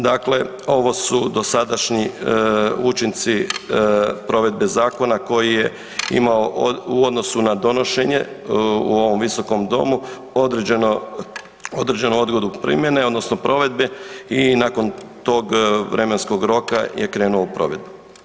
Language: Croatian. Dakle, ovo su dosadašnji učinci provedbe zakona koji je imao u odnosu na donošenje u ovom Visokom domu, određeno odgodu primjene, odnosno provedbe i nakon tog vremenskog roka je krenuo u provedbu.